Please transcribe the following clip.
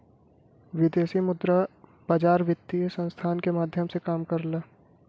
विदेशी मुद्रा बाजार वित्तीय संस्थान के माध्यम से काम करला